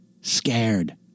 scared